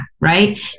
right